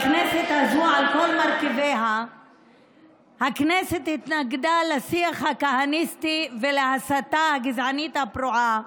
הכנסת הזו על כל מרכיביה התנגדה לשיח הכהניסטי ולהסתה הגזענית הפרועה,